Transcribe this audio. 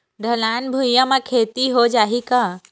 ढलान भुइयां म खेती हो जाही का?